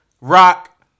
Rock